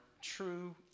true